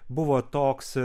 buvo toks